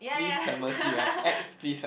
yeah yeah yeah